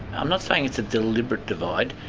i'm not saying it's a deliberate divide,